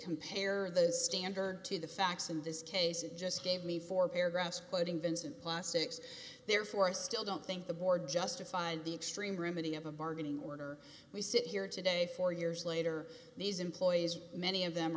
compare the standard to the facts in this case it just gave me four paragraphs quoting vincent plastics therefore i still don't think the board justified the extreme remitting of a bargaining order we sit here today four years later these employees many of them